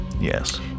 Yes